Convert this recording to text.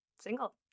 single